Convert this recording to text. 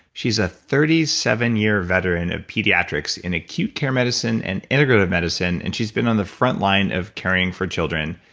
she's a thirty seven year veteran of pediatrics in acute care medicine and integrative medicine and she's been on the front line of caring for children.